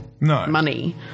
money